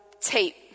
tape